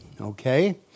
Okay